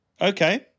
Okay